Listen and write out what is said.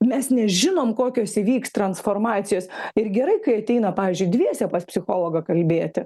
mes nežinom kokios įvyks transformacijos ir gerai kai ateina pavyzdžiui dviese pas psichologą kalbėti